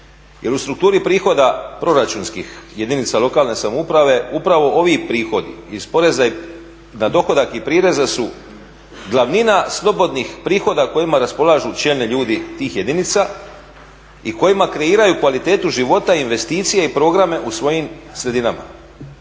Jer u strukturi prihoda proračunskih jedinica lokalne samouprave upravo ovi prihodi iz poreza na dohodak i prireza su glavnina slobodnih prihoda kojima raspolažu čelni ljudi tih jedinica i kojima kreiraju kvalitetu života, investicije i programe u svojim sredinama.